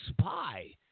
spy